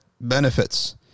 benefits